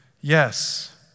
yes